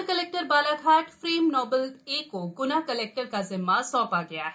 अ र collector Balaghat Frank Noble एको ग्ना कलेक्टर का जिम्मा सौधा गया है